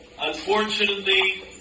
unfortunately